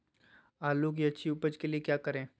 आलू की अच्छी उपज के लिए क्या करें?